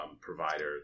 provider